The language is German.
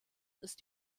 ist